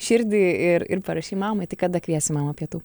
širdį ir ir parašei mamai tai kada kviesi mamą pietų